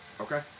Okay